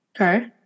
okay